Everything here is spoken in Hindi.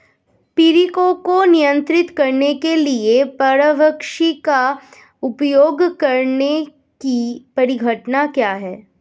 पीड़कों को नियंत्रित करने के लिए परभक्षी का उपयोग करने की परिघटना क्या है?